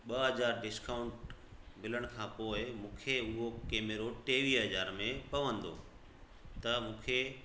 ॿ हज़ार डिस्काउंट मिलण खां पोइ मूंखे उहो कैमरो टेवीह हज़ार में पवंदो त मूंखे